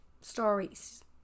stories